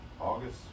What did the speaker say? August